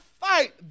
fight